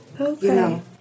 Okay